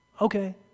Okay